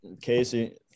Casey